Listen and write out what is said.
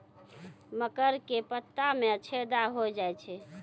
मकर के पत्ता मां छेदा हो जाए छै?